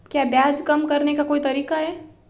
क्या ब्याज कम करने का कोई तरीका है?